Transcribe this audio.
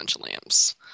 lamps